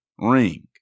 Ring